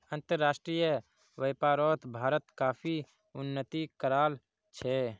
अंतर्राष्ट्रीय व्यापारोत भारत काफी उन्नति कराल छे